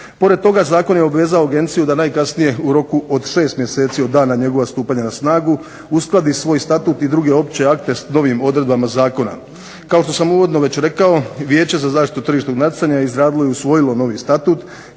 Pored toga, zakon je obvezao agenciju da najkasnije u roku od 6 mjeseci od dana njegova stupanja na snagu uskladi svoj statut i druge opće akte s novim odredbama zakona. Kao što sam uvodno već rekao Vijeće za zaštitu tržišnog natjecanja je izradilo i usvojilo novi Statut